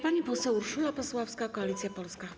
Pani poseł Urszula Pasławska, Koalicja Polska.